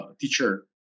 teacher